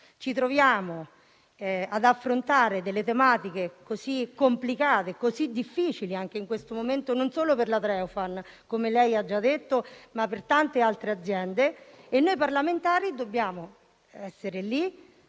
ci troviamo ad affrontare tematiche complicate e difficili, soprattutto in questo momento, non solo per la Treofan, come lei ha già detto, ma per tante altre aziende e noi parlamentari dobbiamo essere lì